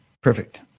Perfect